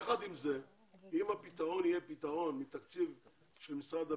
יחד עם זה אם הפתרון יהיה פתרון מתקציב של משרד הביטחון,